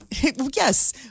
Yes